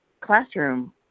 classroom